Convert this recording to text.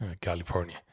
California